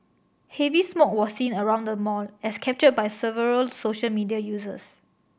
heavy smoke was seen around the mall as captured by several social media users